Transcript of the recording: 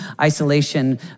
isolation